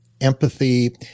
empathy